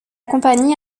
compagnie